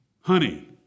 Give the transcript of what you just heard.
honey